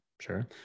sure